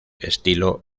estilo